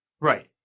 Right